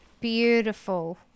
Beautiful